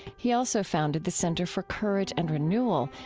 he also founded the center for courage and renewal,